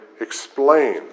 explain